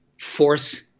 force